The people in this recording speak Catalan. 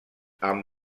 amb